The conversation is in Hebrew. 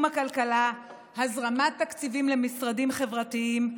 הכלכלה הזרמת תקציבים למשרדים חברתיים,